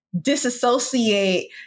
disassociate